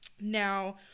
Now